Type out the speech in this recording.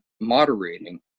moderating